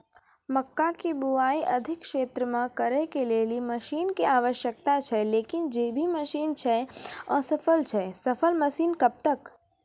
मक्का के बुआई अधिक क्षेत्र मे करे के लेली मसीन के आवश्यकता छैय लेकिन जे भी मसीन छैय असफल छैय सफल मसीन कब तक?